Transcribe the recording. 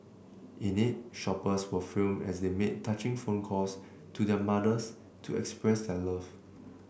in it shoppers were filmed as they made touching phone calls to their mothers to express their love